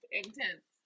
intense